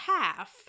half